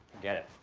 forget it.